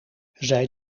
zij